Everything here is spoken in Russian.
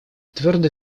твердо